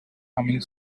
humming